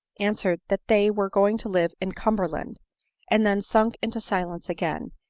answered, that they were going to live in cumberland and then sunk into silence again,